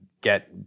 get